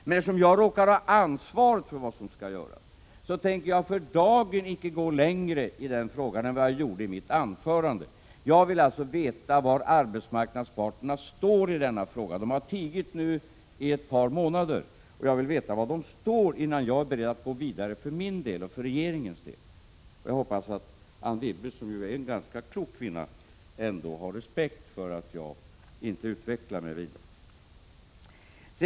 Men eftersom jag råkar ha ansvar för vad som skall göras, tänker jag för dagen icke gå längre i den frågan än vad jag gjorde i mitt anförande. Jag vill alltså veta var arbetsmarknadsparterna står i denna fråga. De har nu tigit under ett par månader, och jag vill veta var de står innan jag för min och regeringens del är beredd att gå vidare. Jag hoppas att Anne Wibble, som är en ganska klok kvinna, har respekt för att jag inte utvecklar resonemanget vidare.